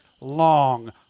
long